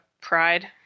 Pride